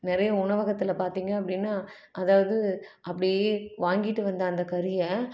நிறைய உணவகத்தில் பார்த்திங்க அப்படின்னா அதாவது அப்படியே வாங்கிட்டு வந்த அந்த கறியை